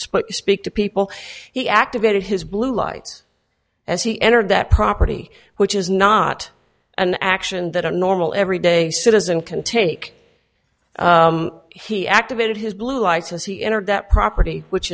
split to speak to people he activated his blue lights as he entered that property which is not an action that a normal everyday citizen can take he activated his blue lights as he entered that property which